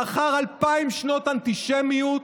לאחר אלפיים שנות אנטישמיות,